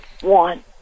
one